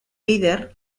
eider